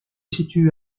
situe